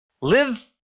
Live